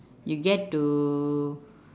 you get to